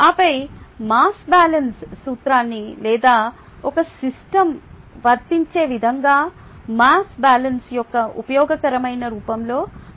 ఆపై mass balance సూత్రాన్ని లేదా ఒక సిస్టమ్కు వర్తించే విధంగా మాస్ బ్యాలెన్స్ యొక్క ఉపయోగకరమైన రూపంలో ప్రవేశపెట్టారు